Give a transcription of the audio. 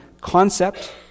concept